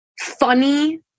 funny